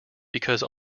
because